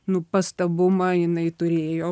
nu pastabumą jinai turėjo